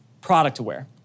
product-aware